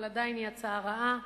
אבל עדיין היא הצעה רעה,